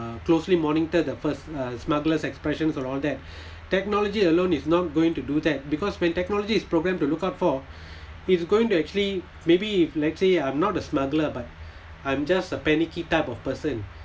uh closely monitor the first uh smugglers expressions and all that technology alone is not going to do that because when technology is programmed to look out for is going to actually maybe if let's say I'm not a smuggler but I'm just a panicky type of person